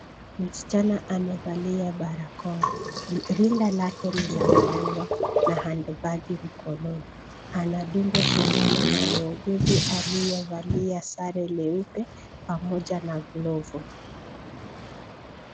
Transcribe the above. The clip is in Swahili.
Msichana amevalia barakoa. Rinda lake ni la maua na handbagi mkononi. Anadungwa sindano na muuguzi aliyevalia sare leupe pamoja na glovu.